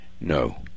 no